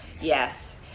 Yes